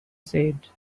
said